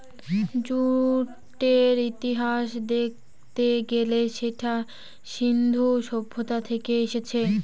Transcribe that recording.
জুটের ইতিহাস দেখতে গেলে সেটা সিন্ধু সভ্যতা থেকে এসেছে